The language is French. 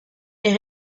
est